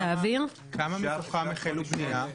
כמה מתוכם החלו בנייה?